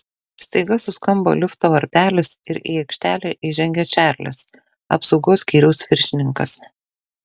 staiga suskambo lifto varpelis ir į aikštelę įžengė čarlis apsaugos skyriaus viršininkas